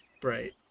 bright